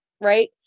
Right